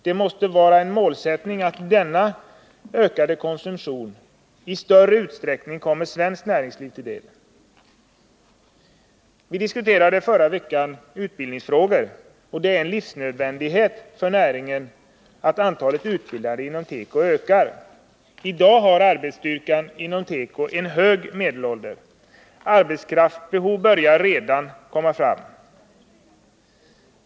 Det måste vara en målsättning att denna ökade konsumtion i större utsträckning kommer svenskt näringsliv till del. Vi diskuterade förra veckan utbildningsfrågor, och det är en livsnödvändighet för näringen att antalet utbildade inom teko ökar. I dag har arbetsstyrkan inom teko en hög medelålder, och arbetskraftsbehov börjar redan komma fram.